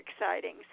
exciting